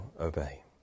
obey